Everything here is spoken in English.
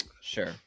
Sure